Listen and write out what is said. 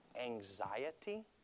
anxiety